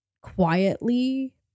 quietly